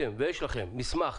לכם מסמך